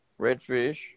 redfish